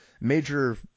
major